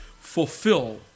Fulfill